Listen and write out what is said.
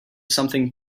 something